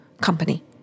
company